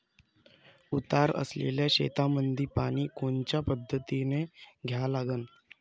उतार असलेल्या शेतामंदी पानी कोनच्या पद्धतीने द्या लागन?